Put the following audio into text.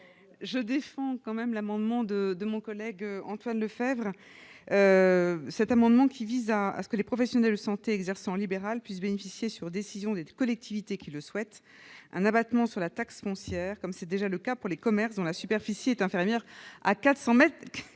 je défends l'amendement déposé par mon collègue Antoine Lefèvre qui vise à ce que les professionnels de santé exerçant en libéral puissent bénéficier, sur décision des collectivités qui le souhaitent, d'un abattement sur la taxe foncière, comme c'est déjà le cas pour les commerces dont la superficie est inférieure à 400 mètres